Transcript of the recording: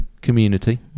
community